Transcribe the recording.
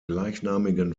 gleichnamigen